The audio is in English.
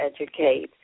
educate